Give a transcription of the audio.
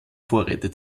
vorräte